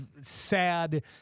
sad